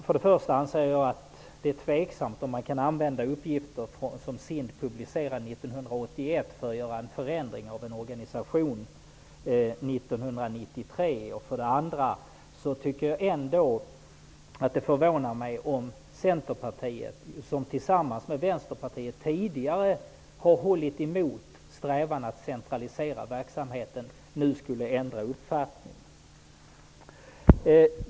Jag anser för det första att det är tveksamt om man kan använda uppgifter som SIND publicerade 1981 för att genomföra förändringar i en organisation 1993. För det andra förvånar det mig om Vänsterpartiet tidigare har hållit emot strävan att centralisera verksamheten -- nu skulle ändra uppfattning.